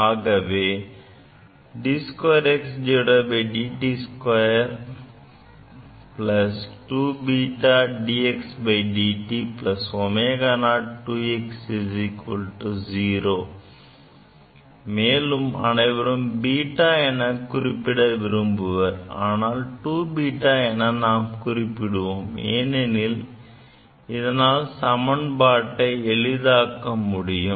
எனவே d2xdt2 2βdxdt ω02x 0 மேலும் அனைவரும் β என குறிப்பிட விரும்புவர் ஆனால் 2β என நாம் குறிப்பிடுவோம் ஏனெனில் இதனால் சமன்பாட்டை எளிதாக்க முடியும்